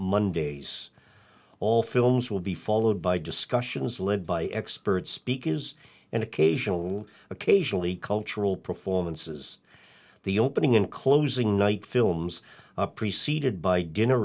mondays all films will be followed by discussions led by experts speakers and occasional occasionally cultural performances the opening and closing night films preceded by dinner